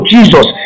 Jesus